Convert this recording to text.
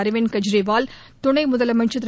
அரவிந்த் கெஜ்ரிவால் துனை முதலமைச்ச் திரு